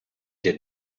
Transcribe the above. did